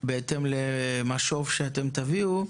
בהתאם למשוב שתביאו,